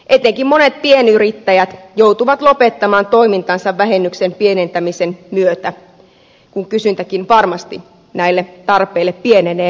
etenkin monet pienyrittäjät joutuvat lopettamaan toimintansa vähennyksen pienentämisen myötä kun kysyntäkin varmasti näille tarpeille pienenee